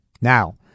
Now